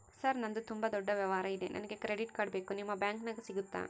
Sir ನಂದು ತುಂಬಾ ದೊಡ್ಡ ವ್ಯವಹಾರ ಇದೆ ನನಗೆ ಕ್ರೆಡಿಟ್ ಕಾರ್ಡ್ ಬೇಕು ನಿಮ್ಮ ಬ್ಯಾಂಕಿನ್ಯಾಗ ಸಿಗುತ್ತಾ?